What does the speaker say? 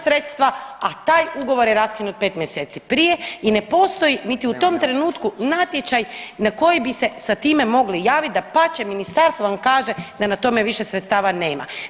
sredstva a taj ugovor je raskinut 5 mjeseci prije i ne postoji niti u tom trenutku natječaj na koji bi se sa time mogli javit, dapače ministarstvo vam kaže da na tome više sredstava nema.